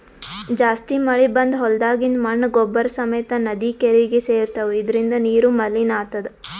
ಜಾಸ್ತಿ ಮಳಿ ಬಂದ್ ಹೊಲ್ದಾಗಿಂದ್ ಮಣ್ಣ್ ಗೊಬ್ಬರ್ ಸಮೇತ್ ನದಿ ಕೆರೀಗಿ ಸೇರ್ತವ್ ಇದರಿಂದ ನೀರು ಮಲಿನ್ ಆತದ್